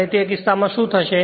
અને તે કિસ્સામાં શું થશે